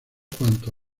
cuanto